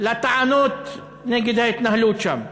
לטענות נגד ההתנהלות שם.